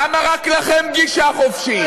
למה רק לכם גישה חופשית?